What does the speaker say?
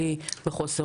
בחוסר אונים.